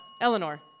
Eleanor